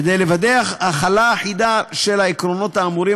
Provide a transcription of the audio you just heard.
כדי לוודא החלה אחידה של העקרונות האמורים